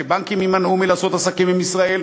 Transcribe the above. שבנקים יימנעו מלעשות עסקים עם ישראל,